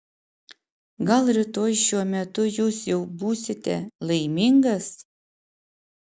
gal rytoj šiuo metu jūs jau būsite laimingas